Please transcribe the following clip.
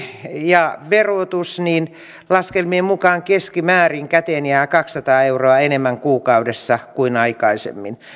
ja verotus niin laskelmien mukaan keskimäärin käteen jää kaksisataa euroa enemmän kuukaudessa kuin aikaisemmin